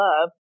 love